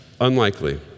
Unlikely